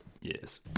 Yes